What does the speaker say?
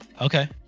okay